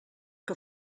que